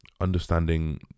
understanding